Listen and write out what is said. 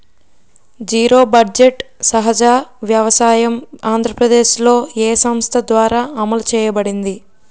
Zero budget సహజ వ్యవసాయం ఆంధ్రప్రదేశ్లో, ఏ సంస్థ ద్వారా అమలు చేయబడింది?